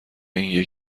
این